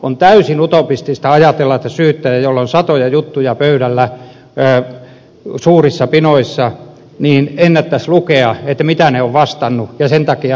on täysin utopistista ajatella että syyttäjä jolla on satoja juttuja pöydällä suurissa pinoissa ennättäisi lukea mitä ne ovat vastanneet ja sen takia palauttaa